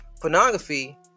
pornography